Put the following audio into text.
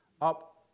up